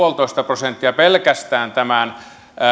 pilkku viisi prosenttia pelkästään tämän